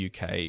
UK